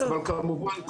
אבל כמובן,